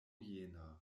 jena